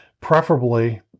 preferably